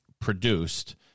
produced